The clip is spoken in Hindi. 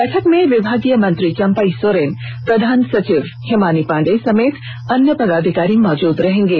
बैठक में विभागीय मंत्री चंम्पड़ सोरेन प्रधान सचिव हिमानी पांडेय समेत अन्य पदाधिकारी मौजूद रहेंगे